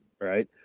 Right